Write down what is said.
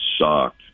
sucked